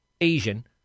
Asian